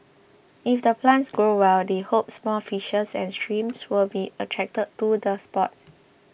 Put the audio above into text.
if the plants grow well they hope small fishes and shrimps will be attracted to the spot